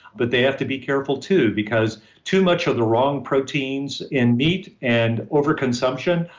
but they have to be careful too. because too much of the wrong proteins in meat and overconsumption,